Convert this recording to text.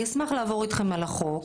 אני אשמח לעבור איתכם על החוק.